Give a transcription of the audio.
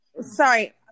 Sorry